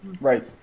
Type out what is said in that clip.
Right